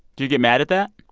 do you get mad at that?